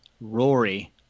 Rory